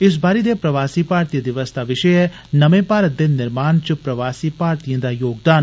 इस बारी दे प्रवासी भारतीय दिवस दा विशय ऐ नमें भारत दे निर्माण च प्रवासी भारतीएं दा योगदान